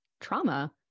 trauma